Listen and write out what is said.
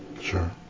Sure